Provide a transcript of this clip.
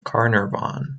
carnarvon